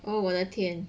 oh 我的天